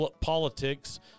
politics